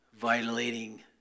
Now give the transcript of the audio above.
violating